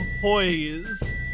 poise